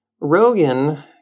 Rogan